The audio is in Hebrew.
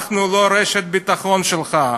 אנחנו לא רשת ביטחון שלך.